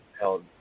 held